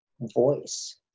voice